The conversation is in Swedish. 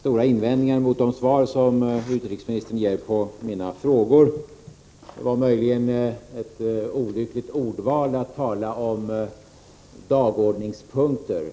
stora invändningar mot de svar som utrikesministern gett på mina frågor. Det var möjligen ett olyckligt ordval att tala om dagordningspunkter.